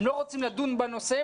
לא רוצים לדון בנושא,